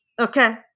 Okay